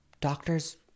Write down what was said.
doctors